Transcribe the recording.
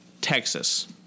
Texas